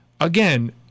again